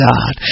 God